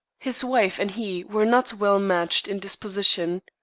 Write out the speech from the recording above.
his wife and he were not well-matched in disposition.